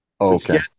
Okay